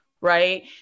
right